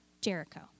Jericho